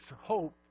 hope